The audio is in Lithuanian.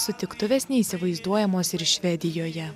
sutiktuvės neįsivaizduojamos ir švedijoje